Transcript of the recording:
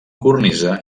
cornisa